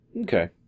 Okay